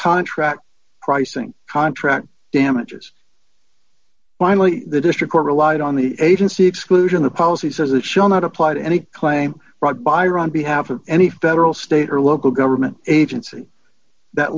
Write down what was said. contract pricing contract damages finally the district court relied on the agency exclusion the policy says it shall not apply to any claim brought by or on behalf of any federal state or local government agency that